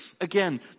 again